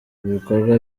ibikorwa